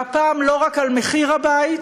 והפעם לא רק על מחיר הבית,